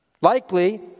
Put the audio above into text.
Likely